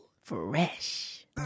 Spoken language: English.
fresh